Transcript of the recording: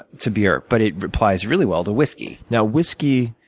to beer. but it applies really well to whiskey. now, whiskey,